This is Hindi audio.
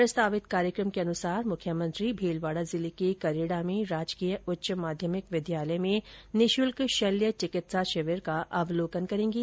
प्रस्तावित कार्यक्रम के अनुसार मुख्यमंत्री भीलवाड़ा जिले के करेड़ा में राजकीय उच्च माध्यमिक विद्यालय में निःशुल्क शल्य चिकित्सा शिविर का अवलोकन करेंगे